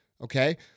Okay